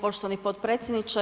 poštovani potpredsjedniče.